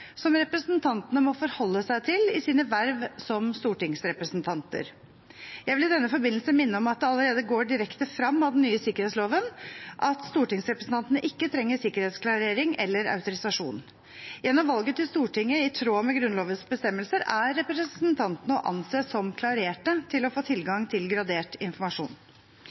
som representantene må forholde seg til i sine verv som stortingsrepresentanter. Jeg vil i denne forbindelse minne om at det allerede går direkte frem av den nye sikkerhetsloven at stortingsrepresentantene ikke trenger sikkerhetsklarering eller autorisasjon. Gjennom valget til Stortinget i tråd med Grunnlovens bestemmelser er representantene å anse som klarerte til å få tilgang til gradert informasjon.